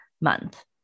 month